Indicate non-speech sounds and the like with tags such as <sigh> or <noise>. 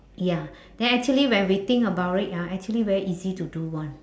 ya <breath> then actually when we think about it ah actually very easy to do one